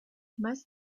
más